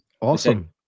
awesome